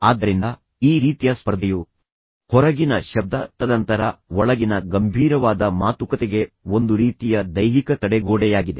ಆದ್ದರಿಂದ ಈ ರೀತಿಯ ಸ್ಪರ್ಧೆಯು ಹೊರಗಿನ ಶಬ್ದ ತದನಂತರ ಒಳಗಿನ ಗಂಭೀರವಾದ ಮಾತುಕತೆಗೆ ಒಂದು ರೀತಿಯ ದೈಹಿಕ ತಡೆಗೋಡೆಯಾಗಿದೆ